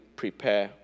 prepare